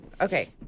Okay